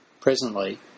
Presently